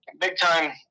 big-time